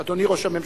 אדוני ראש הממשלה.